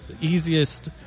easiest